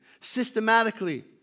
Systematically